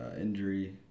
injury